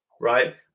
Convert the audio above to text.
right